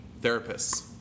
therapists